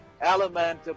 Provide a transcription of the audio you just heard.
element